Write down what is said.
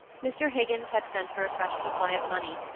mr. higgins had sent her a fresh supply of money,